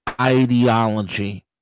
ideology